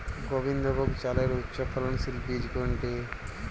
গোবিন্দভোগ চালের উচ্চফলনশীল বীজ কোনটি?